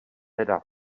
teda